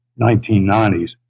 1990s